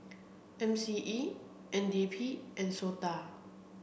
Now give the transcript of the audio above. M C E N D P and SOTA